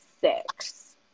six